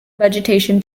vegetation